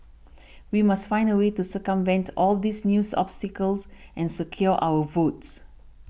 we must find a way to circumvent all these new obstacles and secure our votes